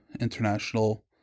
international